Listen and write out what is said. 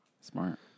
Smart